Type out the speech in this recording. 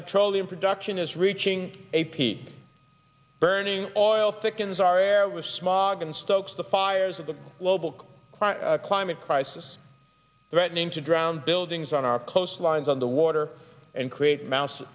petroleum production is reaching a p burning oil thickens our air with smog and stokes the fires of the global climate crisis threatening to drown buildings on our coastlines on the water and create mou